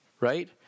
right